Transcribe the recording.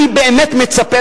אני באמת מצפה,